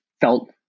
felt